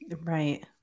Right